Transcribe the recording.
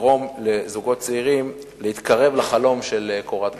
לגרום לזוגות צעירים להתקרב לחלום של קורת גג.